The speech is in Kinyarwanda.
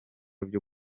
byo